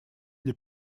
для